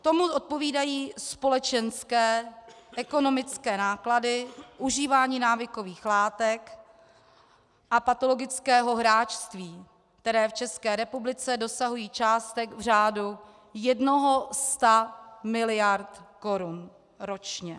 Tomu odpovídají společenské, ekonomické náklady v užívání návykových látek a patologického hráčství, které v České republice dosahují částek v řádu 100 miliard korun ročně.